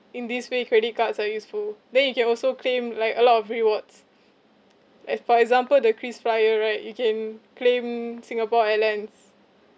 in this way you credit cards are useful then you can also claim like a lot of rewards like for example the krisflyer right you can claim singapore airlines